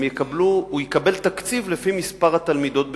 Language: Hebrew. הוא יקבל תקציב לפי מספר התלמידות בפועל,